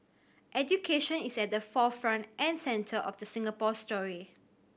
education is at the forefront and centre of the Singapore story